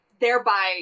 Thereby